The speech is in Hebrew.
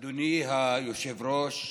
אדוני היושב-ראש,